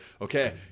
okay